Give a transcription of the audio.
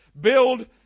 Build